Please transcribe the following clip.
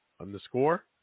underscore